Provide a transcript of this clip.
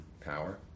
power